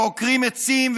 ועוקרים עצים,